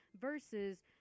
Versus